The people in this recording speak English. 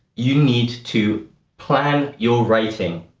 you need to plan your writing.